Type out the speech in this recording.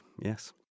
yes